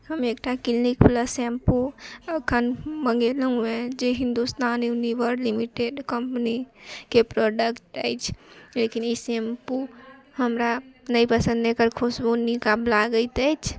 हम एकटा Clinic Plus shampoo अखन मॅंगेलहुॅं हैं जे हिन्दुस्तान युनिलिवर लिमिटेड कम्पनीके प्रॉडक्ट अछि लेकिन ई शैम्पू हमरा नहि पसन्द अछि एकर खुशबू नीक आब लागैत अछि